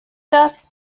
das